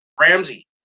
Ramsey